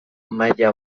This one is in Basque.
ordea